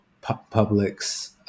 public's